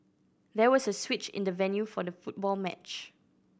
there was a switch in the venue for the football match